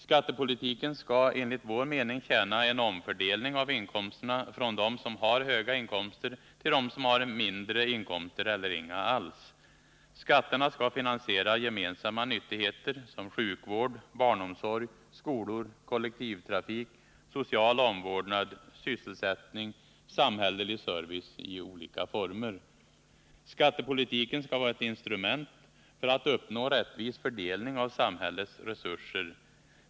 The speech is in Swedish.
Skattepolitiken skall enligt vår mening tjäna en omfördelning av inkomsterna från dem som har höga inkomster till dem som har mindre inkomster eller inga alls. Skatterna skall finansiera gemensamma nyttigheter som sjukvård, barnomsorg, skolor, kollektivtrafik, social omvårdnad, sysselsättning och samhällelig service i olika former. Skattepolitiken skall vara ett instrument för att uppnå rättvis fördelning av samhällets resurser.